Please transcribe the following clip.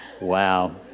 Wow